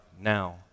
now